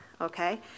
okay